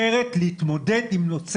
ווליד, מתי תכבד גם אותנו ונאמר כמה מילים?